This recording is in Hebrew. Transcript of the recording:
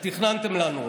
שתכננתם לנו: